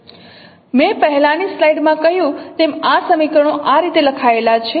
મેં પહેલાંની સ્લાઇડમાં કહ્યું તેમ આ સમીકરણો આ રીતે લખાયેલા છે